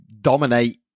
dominate